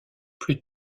plus